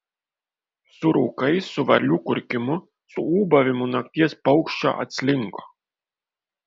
su rūkais su varlių kurkimu su ūbavimu nakties paukščio atslinko